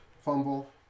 fumble